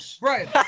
Right